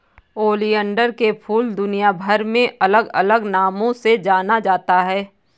oleander के फूल दुनियाभर में अलग अलग नामों से जाना जाता है